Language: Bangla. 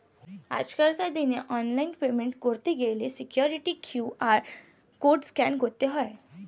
আজকের দিনে অনলাইনে পেমেন্ট করতে গেলে সিকিউরিটি কিউ.আর কোড স্ক্যান করতে হয়